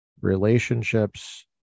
relationships